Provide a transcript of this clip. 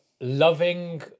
loving